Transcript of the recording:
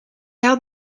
had